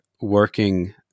working